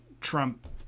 Trump